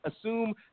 assume